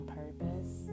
purpose